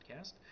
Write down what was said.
podcast